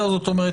זאת אומרת,